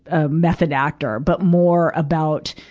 a method actor. but more about,